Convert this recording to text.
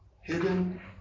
hidden